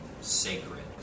sacred